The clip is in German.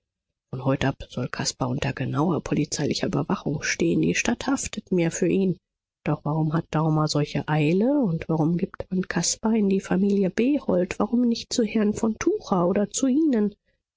von heute ab soll caspar unter genauer polizeilicher überwachung stehen die stadt haftet mir für ihn doch warum hat daumer solche eile und warum gibt man caspar in die familie behold warum nicht zu herrn von tucher oder zu ihnen